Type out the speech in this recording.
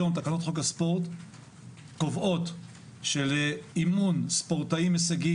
היום תקנות חוק הספורט קובעות שלאימון ספורטאים הישגיים